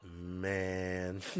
Man